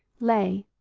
lay,